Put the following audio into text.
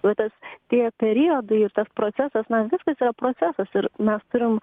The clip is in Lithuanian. va tas tie periodai ir tas procesas na viskas yra procesas ir mes turim